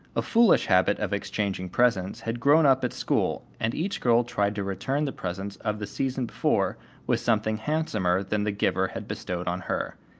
a foolish habit of exchanging presents had grown up at school, and each girl tried to return the presents of the season before with something handsomer than the giver had bestowed on her.